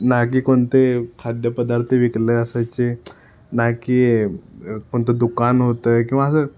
नाही की कोणते खाद्यपदार्थ विकले असायचे ना की कोणतं दुकान होतं किंवा असं